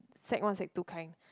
sec one sec-two kind